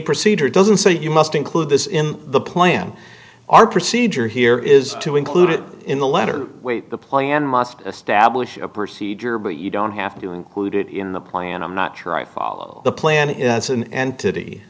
procedure doesn't say you must include this in the plan are procedure here is to include it in the letter the plan must establish a procedure but you don't have to include it in the plan i'm not sure i follow the plan it as an entity